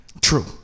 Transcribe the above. true